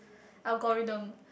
algorithm